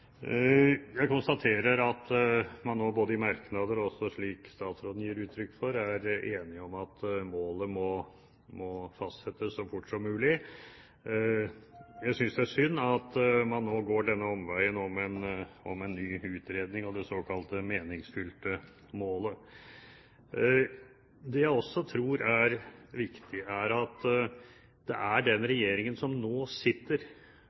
Jeg konstaterer at man i merknader og nå også slik statsråden gir uttrykk for, er enige om at målet må fastsettes så fort som mulig. Jeg synes det er synd at man nå går denne omveien om en ny utredning av det såkalte meningsfylte målet. Det jeg også tror er viktig, er at det er den regjeringen som nå sitter,